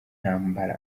ntambara